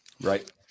right